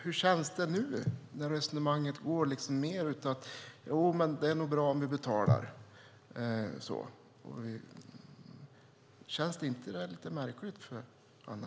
Hur känns det nu, när resonemanget mer är "Jo, men det är nog bra om du betalar"? Känns det inte lite märkligt för dig, Anna?